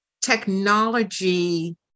technology